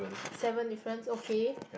seven difference okay